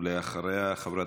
לקריאות.